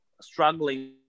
struggling